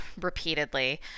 repeatedly